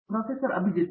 professor Abhijit P